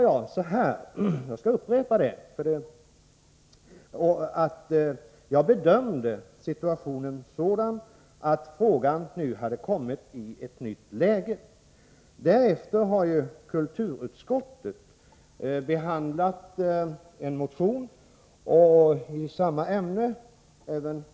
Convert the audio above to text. Jag sade då att jag bedömde situationen så, att frågan hade kommit i ett nytt läge. Därefter har kulturutskottet behandlat en motion i samma ämne.